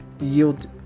yield